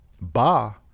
Ba